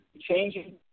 changing